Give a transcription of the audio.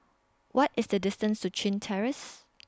What IS The distance to Chin Terrace